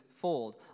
fold